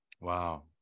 Wow